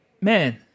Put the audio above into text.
man